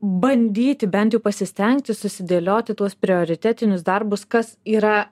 bandyti bent jau pasistengti susidėlioti tuos prioritetinius darbus kas yra